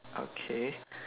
okay